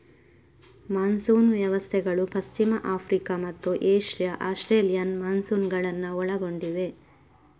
monsoon ವ್ಯವಸ್ಥೆಗಳು ಪಶ್ಚಿಮ Africa ಮತ್ತು ಏಷ್ಯಾ ಆಸ್ಟ್ರೇಲಿಯನ್ ಮಾನ್ಸೂನುಗಳನ್ನು ಒಳಗೊಂಡಿವೆ